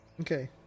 Okay